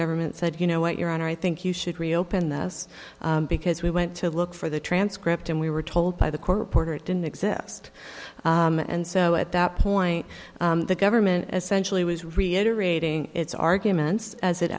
government said you know what you're on i think you should reopen this because we went to look for the transcript and we were told by the court reporter it didn't exist and so at that point the government essential was reiterating its arguments as it